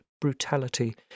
brutality